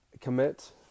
commit